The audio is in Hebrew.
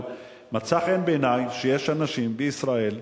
אבל מצא חן בעיני שיש אנשים בישראל,